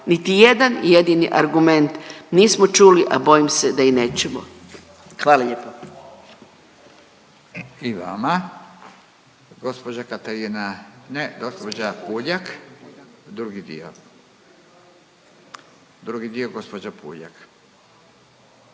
Niti jedan jedini argument nismo čuli, a bojim se da i nećemo. Hvala lijepo.